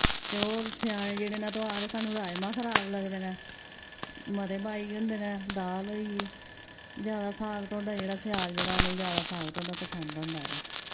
ते और सयाने जेह्ड़े न ते ओ आखदे साणु राइमा खराब लगदे नै मते बाई होंदे न दाल होई गेई ज्यादा साग ढोडा जेह्ड़ा स्याल जेह्ड़ा उ'ने ज्यादा साग ढोडा पसंद होंदा ऐ